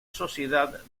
sociedad